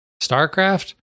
Starcraft